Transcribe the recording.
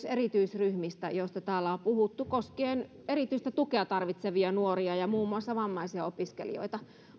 erityisryhmien kohdalla joista täällä on puhuttu koskien erityistä tukea tarvitsevia nuoria ja muun muassa vammaisia opiskelijoita